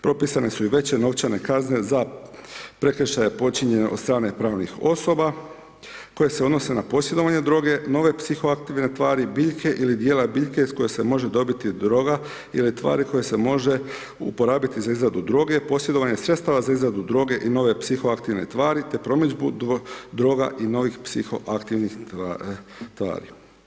Propisane su i veće novčane kazne, za prekršaje počinjen od strane pravnih osoba, koje se odnose na posjedovanje droge, nove psihoaktivne tvari, biljke ili dijela biljke iz koje se može dobiti droga ili tvari koje se može uporabiti za izradu droge i posjedovanje sredstava za izradu droge i nove psiho aktivne tvari, te promidžbu droga i novih psihoaktivnih tvari.